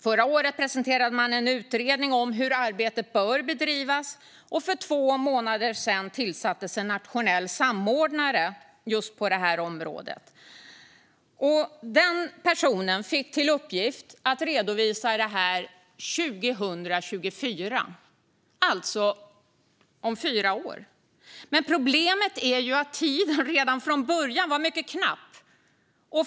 Förra året presenterade man en utredning om hur arbetet bör bedrivas, och för två månader sedan tillsattes en nationell samordnare just på det här området. Den personen fick till uppgift att redovisa detta 2024, alltså om fyra år. Men problemet är ju att tiden redan från början var mycket knapp.